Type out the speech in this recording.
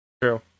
True